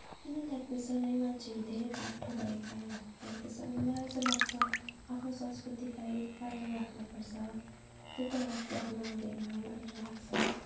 किन त्याग्दैछन् है मान्छेहरू धेरै बाठो भएको कारणले गर्दाखेरि त्याग्दैछन् मलाई चाहिँ लाग्छ आफ्नो संस्कृतिलाई कायम राख्नपर्छ ती कुरालाई त्याग्नुहुँदैन भनेर लाग्छ